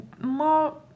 more